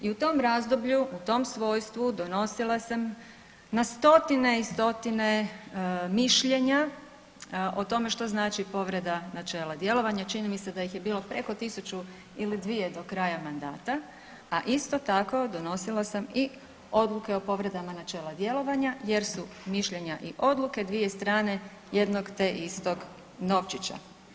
I u tom razdoblju i u tom svojstvu donosila sam na stotine i stotine mišljenja o tome što znači povreda načela djelovanja, čini mi se da ih je bilo preko tisuću ili dvije do kraja mandata, a isto tako donosila sam i odluke o povredama načela djelovanja jer su mišljenja i odluke dvije strane jednog te istog novčića.